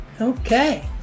Okay